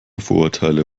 vorurteile